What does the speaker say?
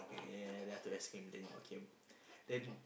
ya ya ya then after that the rest came then they all came then